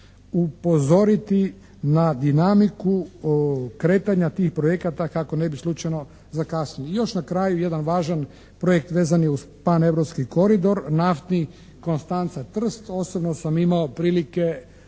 upozoriti na dinamiku kretanja tih projekata kako ne bi slučajno zakasnili. I još na kraju jedan važan projekt vezan je uz paneuropski koridor, naftni Konstanca Trst. Osobno sam imao prilike